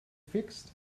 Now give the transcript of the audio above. fixed